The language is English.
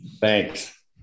Thanks